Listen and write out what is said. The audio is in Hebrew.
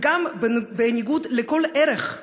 וגם בניגוד לכל ערך,